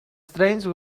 strange